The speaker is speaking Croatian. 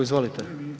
Izvolite.